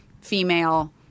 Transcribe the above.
female –